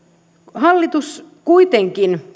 hallitus kuitenkin